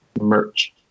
merch